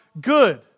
good